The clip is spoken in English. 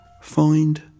find